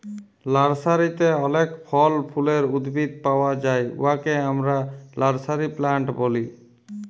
লার্সারিতে অলেক ফল ফুলের উদ্ভিদ পাউয়া যায় উয়াকে আমরা লার্সারি প্লান্ট ব্যলি